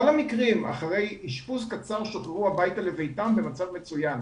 המקרים אחרי אשפוז קצר שוחררו לביתם במצב מצוין.